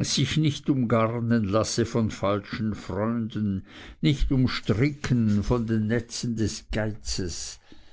sich nicht umgarnen lasse von falschen freunden nicht umstricken von den netzen des geizes